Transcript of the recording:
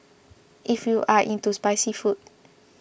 if you are into spicy food